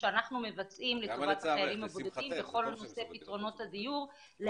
שאנחנו מבצעים לטובת החיילים הבודדים בכל נושא פתרונות הדיור,